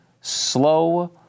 slow